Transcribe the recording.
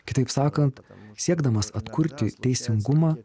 kitaip sakant siekdamas atkurti teisingumą